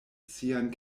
sian